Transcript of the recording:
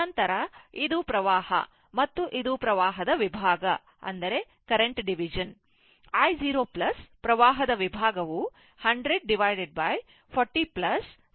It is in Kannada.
ನಂತರ ಇದು ವಿದ್ಯುತ್ ಹರಿವು ಮತ್ತು ಇದು ವಿದ್ಯುತ್ ಹರಿವು ವಿಭಾಗ